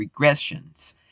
regressions